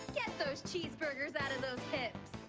get those cheeseburgers out of those hips.